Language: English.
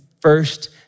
first